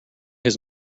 his